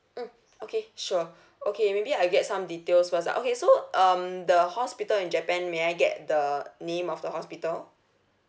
mm okay sure okay maybe I get some details first ah okay so um the hospital in japan may I get the name of the hospital